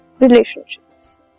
relationships